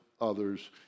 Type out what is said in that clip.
others